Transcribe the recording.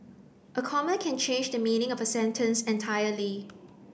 a comma can change the meaning of a sentence entirely